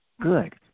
Good